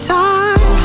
time